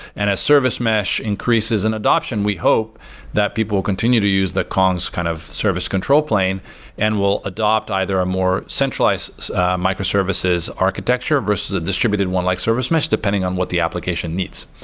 and as service mesh increases in adaption, we hope that people will continue to use the kong's kind of service control plane and will adapt either a more centralized microservices architecture versus a distributed one, like service mesh, depending on what the application needs.